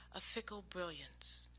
a fickle brilliance,